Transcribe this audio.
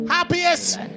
Happiest